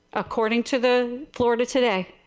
according to the florida today.